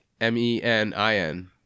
M-E-N-I-N